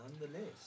nonetheless